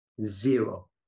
Zero